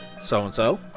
so-and-so